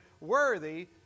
worthy